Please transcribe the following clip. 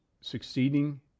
succeeding